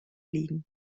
liegen